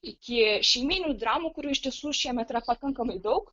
iki šeimyninių dramų kurių iš tiesų šiemet yra pakankamai daug